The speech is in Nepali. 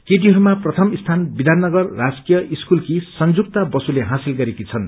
केटीहरूमा प्रथम स्वान विषान नगर राजकीय स्कूलकी संजुक्ता बसुले हासिल गरेकी छिन्